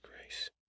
grace